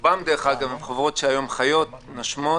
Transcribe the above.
אגב, רוב החברות היום חיות ונושמות.